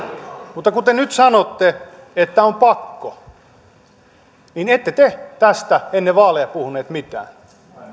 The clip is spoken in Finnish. mutta kun te nyt sanotte että on pakko niin ette te tästä ennen vaaleja puhunut mitään